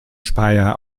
speyer